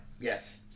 Yes